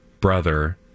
brother